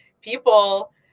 people